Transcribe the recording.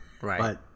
Right